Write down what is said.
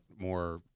more